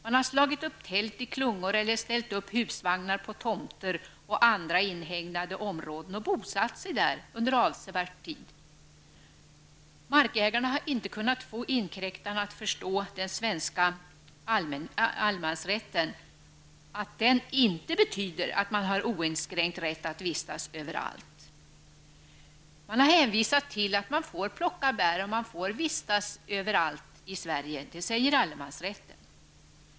Man har slagit upp tält i klungor eller ställt upp husvagnar på tomter och andra inhägnade områden och ''bosatt sig'' där under avsevärd tid. Markägarna har inte kunnat få inkräktarna att förstå att den svenska allemansrätten inte betyder att man har oinskränkt rätt att vistas överallt. Man har hänvisat till att man får plocka bär och att man får vistas överallt i Sverige -- det säger allemansrätten.